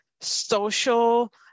social